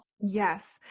Yes